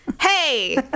Hey